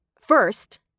first